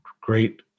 great